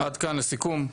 לסיכום,